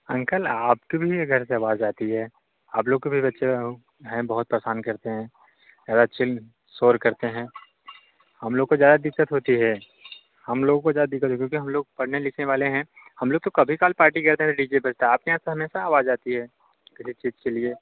uncle आपके भी घर से आवाज आती है आप लोग के भी बच्चे हैं बहुत परेशान करते हैं है एक्चुली शोर करते हैं हम लोग को ज़्यादा दिक्कत होती है हम लोग को ज़्यादा दिक्कत होती है क्योंकि हम लोग पढ़ने लिखने वाले हैं हम लोग तो कभी काल पार्टी करते हैं तो डी जे बजता है आपके यहाँ तो हमेशा आवाज आती है किसी चीज के लिए